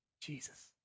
Jesus